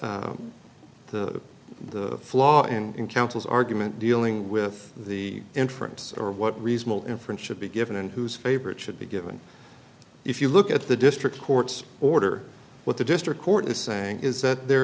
that the the flaw in councils argument dealing with the inference or what reasonable inference should be given and whose favorite should be given if you look at the district court's order what the district court is saying is that there